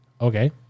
Okay